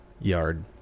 yard